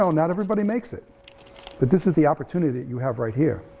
so not everybody makes it but this is the opportunity that you have right here.